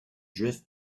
drift